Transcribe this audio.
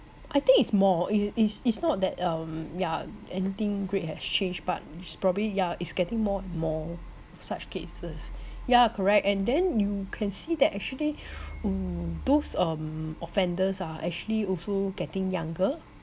I think it's more it is it's it's not that um yeah anything great has changed but probably yeah it's getting more and more such cases yeah correct and then you can see that actually mm those um offenders are actually also getting younger